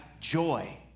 joy